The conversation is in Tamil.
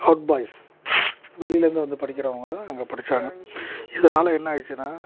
அவுட் பாய்ஸ் வெளியிலேருந்து வந்து படிக்கிறவர்களும் அங்கே படித்தாங்க இதனால என்ன ஆகிருச்சுனா